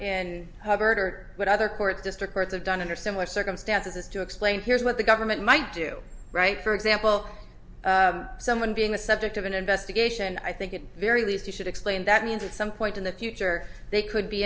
and hubbard or what other court district courts have done under similar circumstances to explain here's what the government might do right for example someone being the subject of an investigation i think it very least you should explain that means at some point in the future they could be